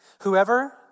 Whoever